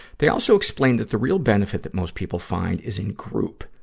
they also explained that the real benefit that most people find is in group,